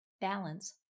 balance